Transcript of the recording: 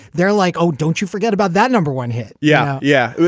they're like, oh, don't you forget about that number one hit yeah. yeah yeah.